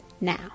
now